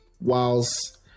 whilst